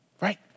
Right